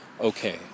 okay